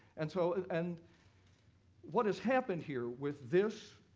and so and and what has happened here with this